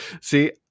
See